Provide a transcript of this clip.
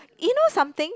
you know something